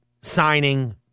signing